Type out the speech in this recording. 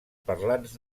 parlants